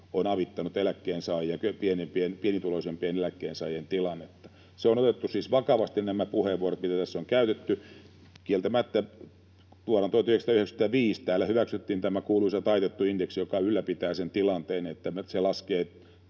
on avittanut eläkkeensaajia, pienituloisimpien eläkkeensaajien tilannetta. On otettu siis vakavasti nämä puheenvuorot, mitä tässä on käytetty. Kieltämättä vuonna 1995 täällä hyväksyttiin tämä kuuluisa taitettu indeksi, joka ylläpitää sen tilanteen, että se laskee